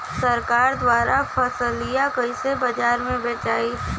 सरकार द्वारा फसलिया कईसे बाजार में बेचाई?